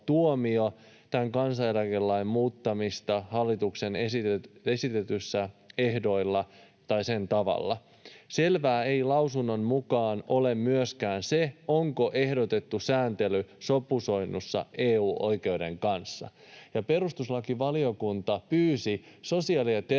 tuomio kansaneläkelain muuttamista hallituksen esittämillä ehdoilla tai sen tavalla. Selvää ei lausunnon mukaan ole myöskään se, onko ehdotettu sääntely sopusoinnussa EU-oikeuden kanssa. Ja perustuslakivaliokunta pyysi sosiaali- ja terveysvaliokuntaa